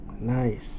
Nice